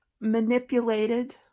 manipulated